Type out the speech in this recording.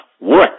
work